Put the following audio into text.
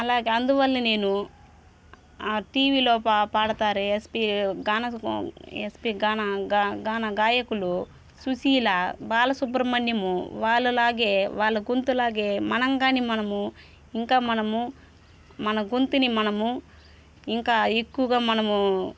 అలాగే అందువల్లే నేను ఆ టీవీలో పా పాడతారే ఎస్పి గానా ఎస్పి గానా గానా గాయకులూ సుశీల బాలసుబ్రమణ్యము వాళ్ళలాగే వాళ్ళ గొంతులాగే మనం కాని మనము ఇంకా మనము మన గొంతుని మనము ఇంకా ఎక్కువగా మనము